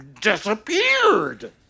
disappeared